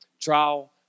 trial